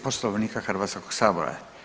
Poslovnika Hrvatskog sabora.